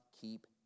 keep